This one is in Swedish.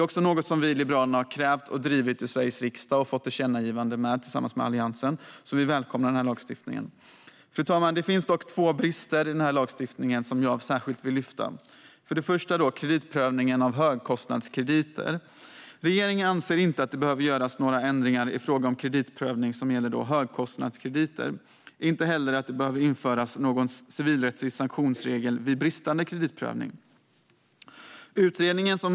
Det här är något som vi i Liberalerna har krävt och drivit i Sveriges riksdag. Vi har tillsammans med Alliansen fått igenom ett tillkännagivande om detta. Därför välkomnar vi lagstiftningen. Fru talman! Det finns dock två brister i lagstiftningen som jag särskilt vill lyfta fram. För det första handlar det om kreditprövningen av högkostnadskrediter. Regeringen anser inte att det behöver göras några ändringar i fråga om kreditprövning som gäller högkostnadskrediter. Man anser heller inte att en civilrättslig sanktionsregel vid bristande kreditprövning behöver införas.